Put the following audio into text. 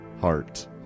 Heart